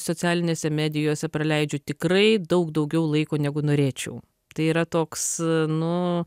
socialinėse medijose praleidžiu tikrai daug daugiau laiko negu norėčiau tai yra toks nu